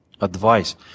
advice